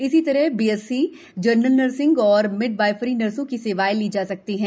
इसीतरह B S C general nursing और midwifery नर्सों की सेवाएं ली जा सकती हैं